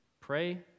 Pray